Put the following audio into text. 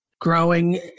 growing